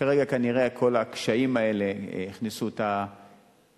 כרגע, כנראה כל הקשיים האלה הכניסו אותה